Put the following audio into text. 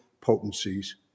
potencies